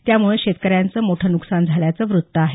त्यामुळे शेतकऱ्यांचं नुकसान झाल्याचं वृत्त आहे